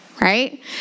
Right